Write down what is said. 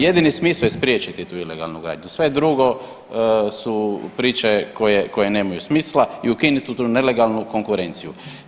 Jedini smisao je spriječiti tu ilegalnu gradnju, sve drugo su priče koje nemaju smisla i ukinuti tu nelegalnu konkurenciju.